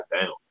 down